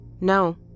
No